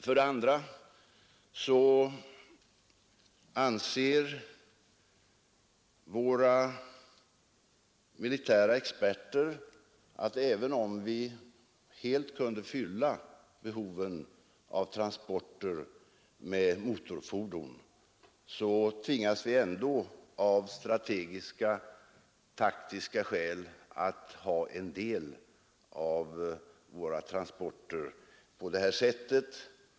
För det andra anser våra militära experter att även om vi helt kunde att man skall fylla behoven av transporter med motorfordon, så tvingas vi ändå av strategiska och taktiska skäl att låta en del av våra transporter ske på det här sättet.